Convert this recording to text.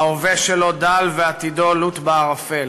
ההווה שלו דל ועתידו לוט בערפל.